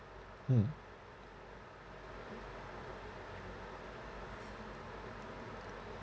hmm